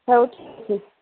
ହଉ ଠିକ୍ ଅଛି